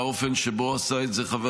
מהאופן שבו עשה את זה חבר